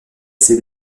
ses